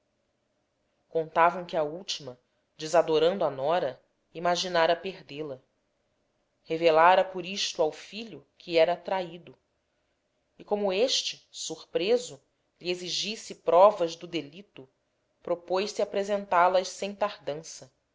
contavam que a última desadorando a nora imaginara perdê-la revelara por isto ao filho que era traído e como este surpreso lhe exigisse provas do delito propôs-se apresentá las sem tardança